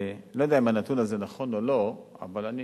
לא יודע אם הנתון הזה נכון או לא, אבל אני